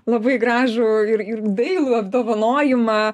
labai gražų ir ir dailų apdovanojimą